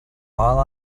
all